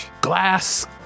glass